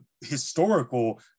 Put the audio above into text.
historical